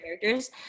characters